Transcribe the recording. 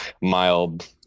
mild